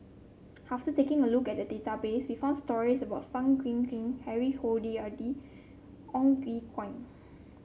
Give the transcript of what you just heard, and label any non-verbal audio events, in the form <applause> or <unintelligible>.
after taking a look at the database we found stories about Fang Guixiang Harry Ord <unintelligible> Ong Ye Kung